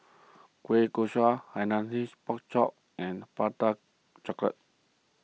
Kueh Kaswi Hainanese Pork Chop and Prata Chocolate